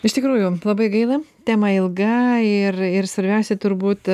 iš tikrųjų labai gaila tema ilga ir ir svarbiausia turbūt